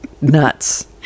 Nuts